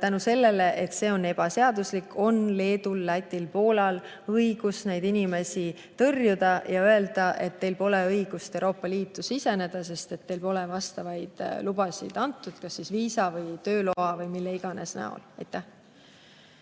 kuna see on ebaseaduslik, on Leedul, Lätil ja Poolal õigus neid inimesi tõrjuda ja öelda, et neil pole õigust Euroopa Liitu siseneda, sest neile pole vastavaid lubasid antud kas viisa või tööloa või mille iganes näol. Aitäh!